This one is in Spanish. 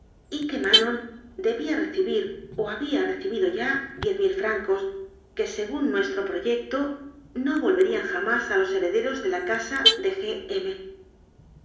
y que manon debía recibir o había recibido ya diez mil fran cos que según nuestro proyecto no volverían jamás a los herederos de la casa de